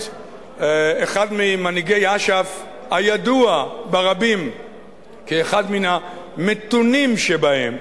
אחד ממנהיגי אש"ף הידוע ברבים כאחד מן המתונים שבהם,